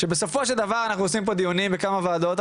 שבסופו של דבר אנחנו עושים פה דיונים בכמה וועדות,